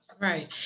Right